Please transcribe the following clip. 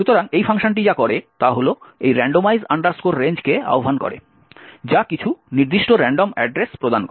সুতরাং এই ফাংশনটি যা করে তা হল এই randomize range কে আহ্বান করে যা কিছু নির্দিষ্ট রান্ডম অ্যাড্রেস প্রদান করে